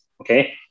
Okay